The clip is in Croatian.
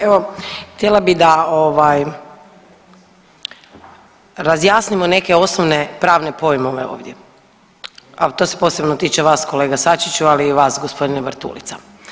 Evo, htjela bi da ovaj razjasnimo neke osnovne pravne pojmove ovdje, a to se posebno tiče vas kolega Sačiću, ali i vas gospodine Bartulica.